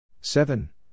Seven